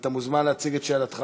ואתה מוזמן להציג את שאלתך